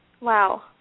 Wow